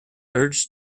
urge